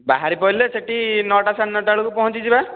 ବାହାରିପଡ଼ିଲେ ସେଇଠି ନଅଟା ସାଢ଼େ ନଅଟା ବେଳକୁ ପହଞ୍ଚି ଯିବା